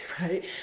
right